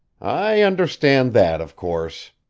i understand that, of course.